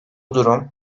durum